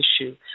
issue